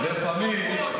"צפונבון".